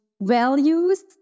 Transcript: values